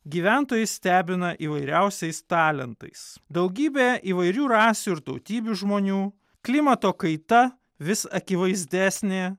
gyventojai stebina įvairiausiais talentais daugybė įvairių rasių ir tautybių žmonių klimato kaita vis akivaizdesnė